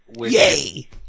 Yay